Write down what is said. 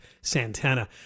Santana